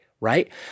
Right